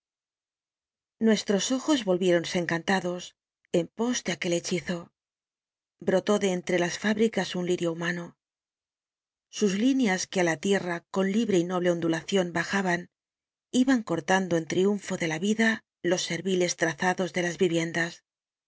nuestros ojos volviéronse encantados en pos de aquel hechizo brotó de entre las fábricas un lirio humano sus líneas que á la tierra con libre y noble ondulación bajaban iban cortando en triunfo de la vida los serviles trazados de las viviendas